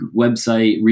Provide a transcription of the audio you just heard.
website